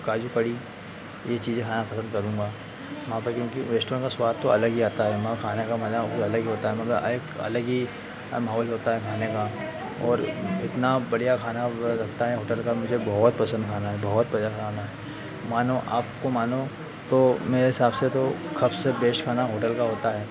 काजू कड़ी ये चीज़ें खाना पसंद करूँगा वहां पे क्योंकि रेस्टुरेंट का स्वाद तो अलग ही आता है वहां खाने का मजा अलग ही होता है मगर एक अलग ही माहौल होता है खाने का और इतना बढ़िया खाना रखता है होटल का मुझे बहुत पसंद खाना है बहुत बढ़िया खाना है मानो आपको मानो तो मेरे हिसाब से तो सबसे बेस्ट खाना होटल का होता है